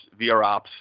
VROps